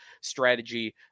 strategy